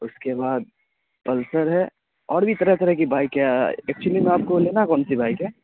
اس کے بعد پلسر ہے اور بھی طرح طرح کی بائک ایکچلی میں آپ کو لینا کون سی بائک ہے